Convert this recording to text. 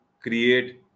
create